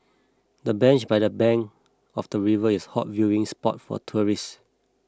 the bench by the bank of the river is a hot viewing spot for tourists